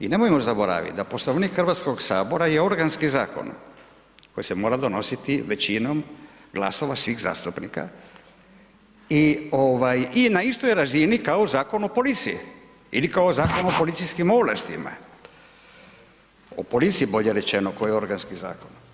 I nemojmo zaboraviti da Poslovnik Hrvatskoga sabora je organski zakon koji se mora donositi većinom glasova svih zastupnika i na istoj je razini kao Zakon o policiji ili kao Zakon o policijskim ovlastima, o policiji bolje rečeno koji je organski zakon.